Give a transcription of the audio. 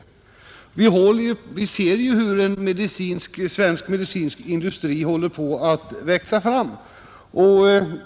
Vi ser ju hur en svensk medicinsk industri håller på att växa fram.